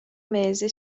mese